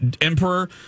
Emperor